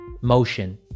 motion